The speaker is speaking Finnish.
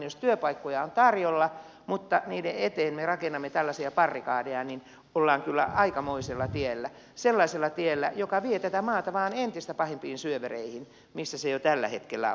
jos työpaikkoja on tarjolla mutta niiden eteen me rakennamme tällaisia barrikadeja ollaan kyllä aikamoisella tiellä sellaisella tiellä joka vie tätä maata vain entistä pahempiin syövereihin kuin missä se jo tällä hetkellä on